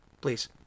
Please